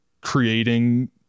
creating